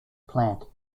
plant